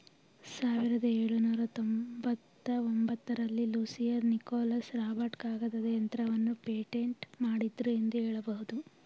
ಸಾವಿರದ ಎಳುನೂರ ತೊಂಬತ್ತಒಂಬತ್ತ ರಲ್ಲಿ ಲೂಸಿಯಾ ನಿಕೋಲಸ್ ರಾಬರ್ಟ್ ಕಾಗದದ ಯಂತ್ರವನ್ನ ಪೇಟೆಂಟ್ ಮಾಡಿದ್ರು ಎಂದು ಹೇಳಬಹುದು